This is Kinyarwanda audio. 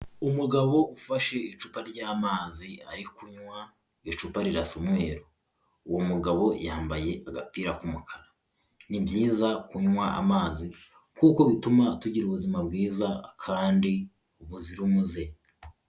Umugabo ufashe icupa ry'amazi ari kunywa icupa rirasa umweru, uwo mugabo yambaye agapira k'umukara. Ni byiza kunywa amazi kuko bituma tugira ubuzima bwiza kandi buzira umuze.